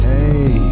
Hey